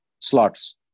slots